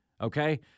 Okay